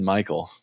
Michael